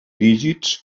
dígits